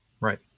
Right